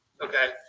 Okay